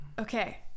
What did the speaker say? okay